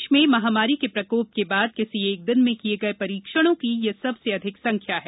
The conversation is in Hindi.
देश में महामारी के प्रकोप के बाद किसी एक दिन में किये गए परीक्षणों की यह सबसे अधिक संख्या है